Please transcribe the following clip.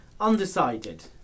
undecided